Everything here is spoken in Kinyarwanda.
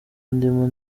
ndimo